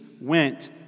went